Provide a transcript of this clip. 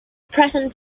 present